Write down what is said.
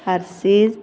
Hershey's